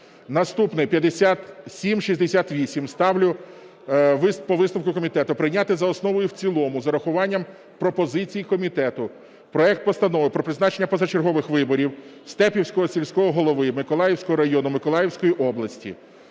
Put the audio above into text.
Наступний 5768 ставлю. По висновку комітету прийняти за основу і в цілому з урахуванням пропозицій комітету проект Постанови про призначення позачергових виборів Степівського сільського голови Миколаївського району Миколаївської області.